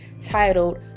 titled